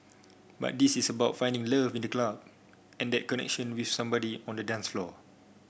but this is about finding love in the club and that connection with somebody on the dance floor